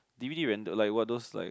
d_v_d rent a like those like